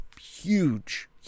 huge